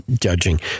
judging